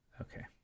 Okay